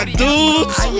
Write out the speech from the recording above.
dudes